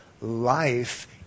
life